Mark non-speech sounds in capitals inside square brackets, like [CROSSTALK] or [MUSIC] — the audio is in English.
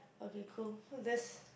okay cool so this [BREATH]